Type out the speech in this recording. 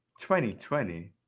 2020